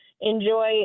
enjoy